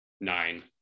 nine